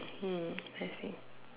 hmm let's see